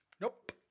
Nope